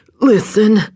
listen